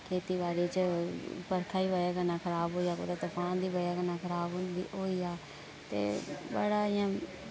खेती बाड़ी च बर्खा दी बजह कन्नै खराब होइया कुतै तूफान दी बजह कन्नै खराब होइंदी होइया ते बड़ा इयां